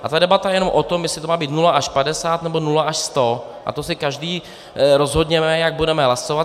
A debata je jenom o tom, jestli to má být 0 až 50, nebo 0 až 100, a to si každý rozhodněme, jak budeme hlasovat.